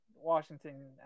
washington